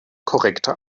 korrekte